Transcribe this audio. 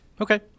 Okay